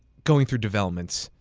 going through development,